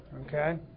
Okay